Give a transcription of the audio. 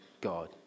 God